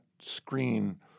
screen